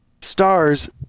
Stars